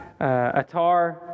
atar